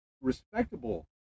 respectable